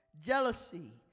Jealousy